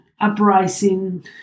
uprising